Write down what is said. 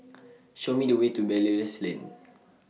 Show Me The Way to Belilios Lane